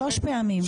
שלוש פעמים.